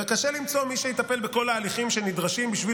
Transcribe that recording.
וקשה למצוא מי שיטפל בכל ההליכים שנדרשים כדי